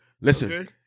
Listen